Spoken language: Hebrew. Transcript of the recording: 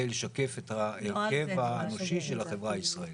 כדי לשקף את ההרכב האנושי של החברה הישראלית.